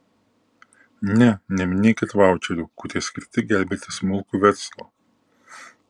ne neminėkit vaučerių kurie skirti gelbėti smulkų verslą